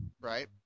right